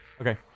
Okay